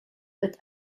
with